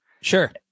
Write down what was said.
Sure